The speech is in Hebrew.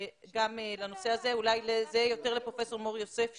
גם לנושא הזה, זה אולי לפרופ' מור יוסף שוב.